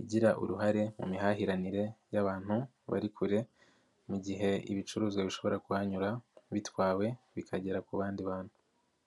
igira uruhare mu mihahiranire y'abantu bari kure, mu gihe ibicuruzwa bishobora kuhanyura bitwawe, bikagera ku bandi bantu.